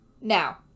Now